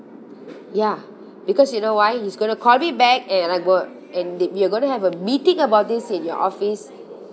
ya because you know why he's gonna call me back and I would and we're gonna have a meeting about this in your office